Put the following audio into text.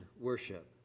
worship